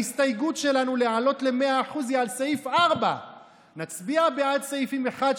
ההסתייגות שלנו להעלות ל-100% היא על סעיף 4. נצביע בעד סעיפים 1,